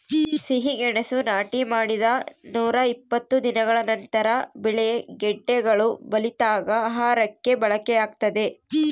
ಸಿಹಿಗೆಣಸು ನಾಟಿ ಮಾಡಿದ ನೂರಾಇಪ್ಪತ್ತು ದಿನಗಳ ನಂತರ ಬೆಳೆ ಗೆಡ್ಡೆಗಳು ಬಲಿತಾಗ ಆಹಾರಕ್ಕೆ ಬಳಕೆಯಾಗ್ತದೆ